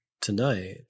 tonight